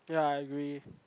ya I agree